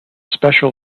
special